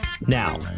Now